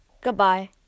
Goodbye